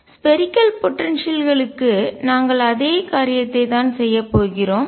spherical potential களுக்கு கோள ஆற்றல்களுக்கு நாங்கள் அதே காரியத்தைச் தான் செய்யப் போகிறோம்